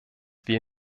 wir